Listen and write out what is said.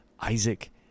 Isaac